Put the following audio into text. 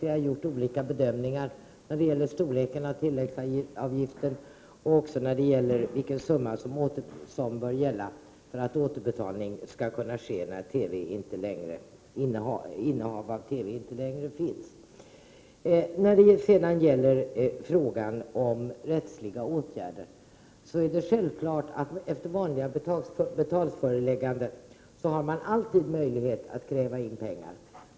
Vi har gjort olika bedömningar när det gäller storleken på tilläggsavgiften och också vilken summa det bör vara fråga om för att återbetalning skall ske då det inte längre finns något innehav av TV mottagare. När det sedan gäller frågan om rättsliga åtgärder är det självklart att man efter ett vanligt betalningsföreläggande alltid har möjlighet att kräva in pengar.